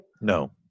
No